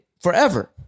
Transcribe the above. forever